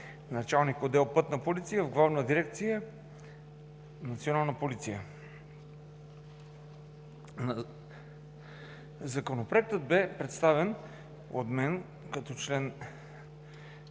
началник отдел „Пътна полиция“ в Главна дирекция „Национална полиция“. Законопроектът бе представен от народния